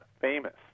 famous